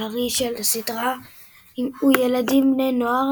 העיקרי של הסדרה הוא ילדים ובני־נוער,